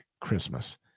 Christmas